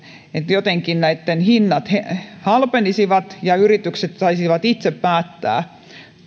jotenkin näitten hinnat halpenisivat ja yritykset saisivat itse päättää